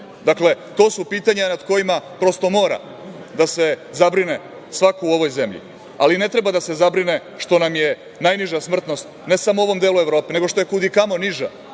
nešto. Dakle, to su pitanja nad kojima prosto mora da se zabrine svako u ovoj zemlji, ali ne treba da se zabrine što nam je najniža smrtnost ne samo u ovom delu Evrope, nego što je kudikamo niža